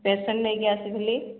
patient ନେଇକି ଆସିଥିଲି